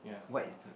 white